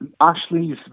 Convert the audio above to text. Ashley's